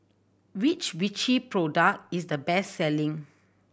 which Vichy product is the best selling